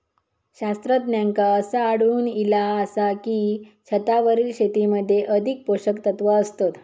शास्त्रज्ञांका असा आढळून इला आसा की, छतावरील शेतीमध्ये अधिक पोषकतत्वा असतत